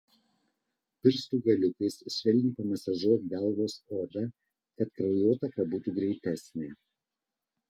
pirštų galiukais švelniai pamasažuok galvos odą kad kraujotaka būtų greitesnė